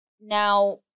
Now